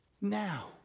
now